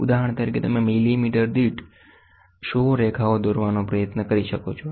ઉદાહરણ તરીકે તમે મિલિમીટર દીઠ 100 રેખાઓ દોરવાનો પ્રયત્ન કરી શકો છો